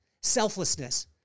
selflessness